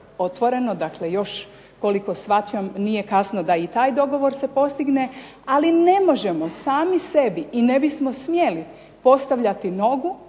otvoreno, dakle još koliko shvaćam nije kasno da i taj dogovor se postigne, ali ne možemo sami sebi i ne bismo smjeli postavljati nogu